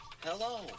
Hello